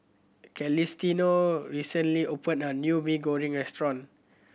Celestino recently opened a new Mee Goreng restaurant